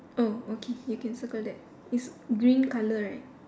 oh okay you can circle that it's green colour right